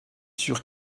sûr